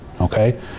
Okay